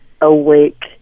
awake